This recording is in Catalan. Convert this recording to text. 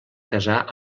casar